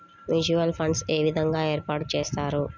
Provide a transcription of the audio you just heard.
Mutual funds ఏ విధంగా ఏర్పాటు చేస్తారు?